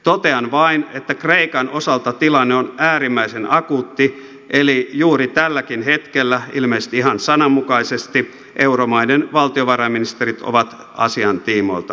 totean vain että kreikan osalta tilanne on äärimmäisen akuutti eli juuri tälläkin hetkellä ilmeisesti ihan sananmukaisesti euromaiden valtiovarainministerit ovat asian tiimoilta koolla